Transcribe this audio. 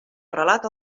arrelat